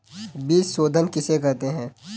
बीज शोधन किसे कहते हैं?